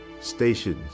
stations